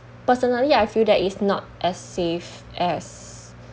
personally I feel that it's not as safe as